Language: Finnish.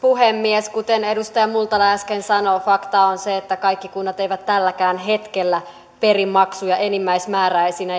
puhemies kuten edustaja multala äsken sanoi fakta on se että kaikki kunnat eivät tälläkään hetkellä peri maksuja enimmäismääräisinä